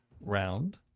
Round